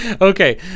Okay